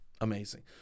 Amazing